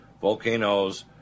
volcanoes